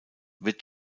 wird